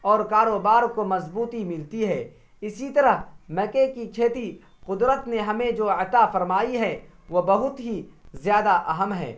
اور کاروبار کو مضبوطی ملتی ہے اسی طرح مکئی کی کھیتی قدرت نے ہمیں جو عطا فرمائی ہے وہ بہت ہی زیادہ اہم ہے